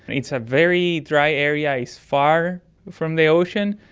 it's a very dry area, it's far from the ocean,